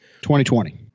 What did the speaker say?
2020